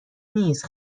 نیست